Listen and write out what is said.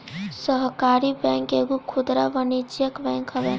सहकारी बैंक एगो खुदरा वाणिज्यिक बैंक हवे